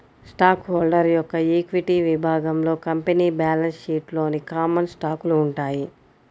stock holder యొక్క equity విభాగంలో company balance షీట్లోని కామన్ స్టాకులు ఉంటాయి